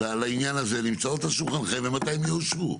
לעניין הזה נמצאות על שולחנכם ומתי הן יאושרו?